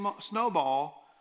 snowball